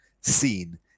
seen